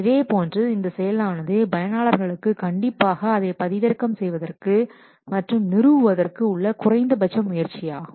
இதேபோன்று இந்த செயலானது பயனாளர்களுக்கு கண்டிப்பாக அதை பதிவிறக்கம் செய்வதற்கு மற்றும் நிறுவுவதற்கு உள்ள குறைந்தபட்ச முயற்சியாகும்